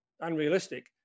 unrealistic